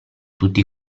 tutti